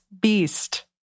beast